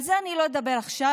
על זה אני לא אדבר עכשיו.